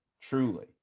Truly